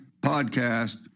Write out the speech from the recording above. podcast